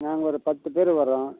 நாங்கள் ஒரு பத்து பேர் வரோம்